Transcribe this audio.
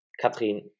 Katrin